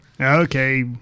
Okay